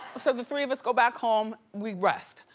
so the three of us go back home, we rest,